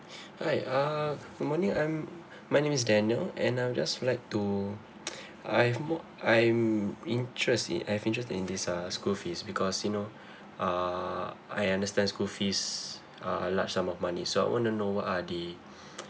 hi uh good morning I'm my name is daniel and I'm just would like to I've more I'm interest in I have interest in this uh school fees because you know uh I understand school fees are a large sum of money so I wanna know what are the